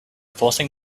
forcing